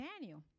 Daniel